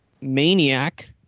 Maniac